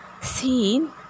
seen